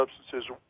substances